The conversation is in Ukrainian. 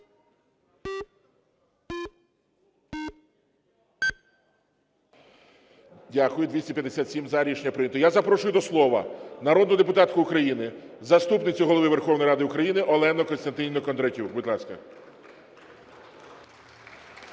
За-257 Рішення прийнято. Я запрошую до слова народну депутатку України, заступницю Голови Верховної Ради України Олену Костянтинівну Кондратюк. Будь ласка.